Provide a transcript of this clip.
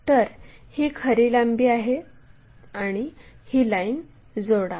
तर ही खरी लांबी आहे आणि ही लाईन जोडा